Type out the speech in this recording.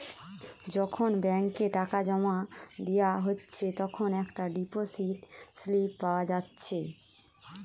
যখন ব্যাংকে টাকা জোমা দিয়া হচ্ছে তখন একটা ডিপোসিট স্লিপ পাওয়া যাচ্ছে